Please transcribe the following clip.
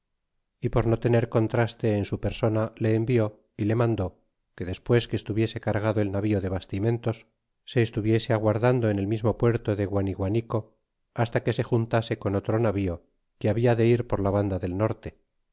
y por no tener contraste en su persona le envió y le mandó que despues que estuviese cargado el navío de bastimentos se estuviese aguardando en el mismo puerto de guaniguanico hasta que se juntase con otro navío que habia de ir por la banda del norte